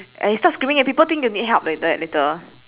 and you start screaming people think you need help later later